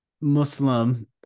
Muslim